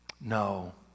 no